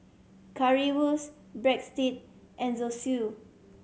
Currywurst Breadstick and Zosui